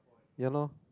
yalor